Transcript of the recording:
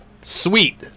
Sweet